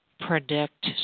Predict